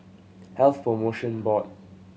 Health Promotion Board